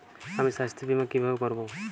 আমি স্বাস্থ্য বিমা কিভাবে করাব?